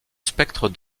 spectre